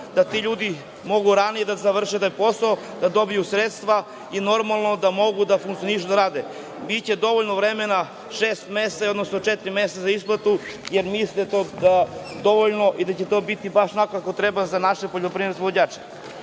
da ti ljudi mogu ranije da završe taj posao, da dobiju sredstva i normalno da mogu da funkcionišu, da rade. Biće dovoljno vremena šest meseci, odnosno četiri meseca za isplatu, i mislimo da će to biti baš onako kako treba za naše poljoprivredne